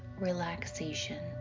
relaxation